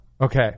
Okay